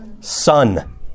Son